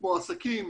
כמו עסקים